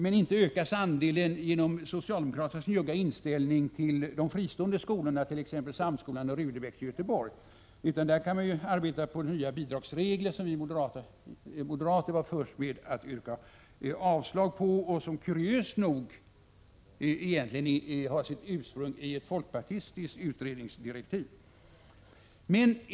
Men inte ökas den andelen genom socialdemokraternas njugga inställning till de fristående skolorna, t.ex. Samskolan och Rudebecks i Göteborg. I de fallen arbetar man på att få fram nya bidragsregler. Vi moderater var först med att yrka avslag på detta, som kuriöst nog egentligen har sitt ursprung i ett folkpartistiskt utredningsdirektiv.